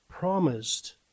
promised